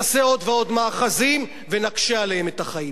נעשה עוד ועוד מאחזים ונקשה עליהם את החיים.